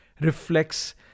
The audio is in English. reflects